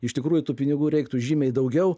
iš tikrųjų tų pinigų reiktų žymiai daugiau